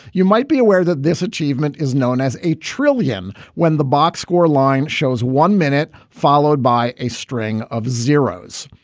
you might be aware that this achievement is known as a trillion when the box score line shows one minute, followed by a string of zeros.